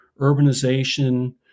urbanization